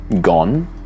gone